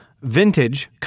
vintage